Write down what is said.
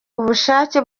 ubushake